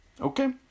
Okay